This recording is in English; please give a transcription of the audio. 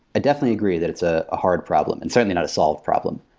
definitely agree that it's a ah hard problem and certainly not a solved problem,